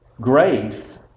Grace